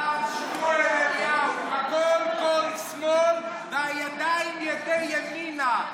הרב שמואל אליהו: הקול קול שמאל והידיים ידי ימינה.